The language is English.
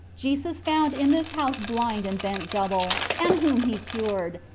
jesus found in this house blind and bent double, and whom he cured,